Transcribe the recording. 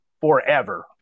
forever